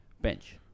Bench